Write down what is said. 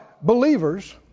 Believers